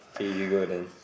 okay you go then